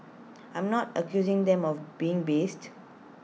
I'm not accusing them of being biased